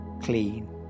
clean